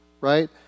Right